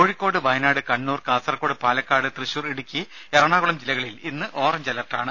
കോഴിക്കോട് വയനാട് കണ്ണൂര് കാസർകോട് പാലക്കാട് തൃശൂർഇടുക്കി എറണാകുളം ജില്ലകളിൽ ഇന്ന് ഓറഞ്ച് അലർട്ടാണ്